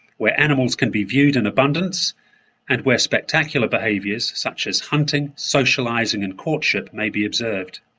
where animals can be viewed in abundance and where spectacular behaviours such as hunting, socialising and courtship may be observed.